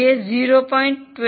18 છે જે 0